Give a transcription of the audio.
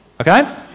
Okay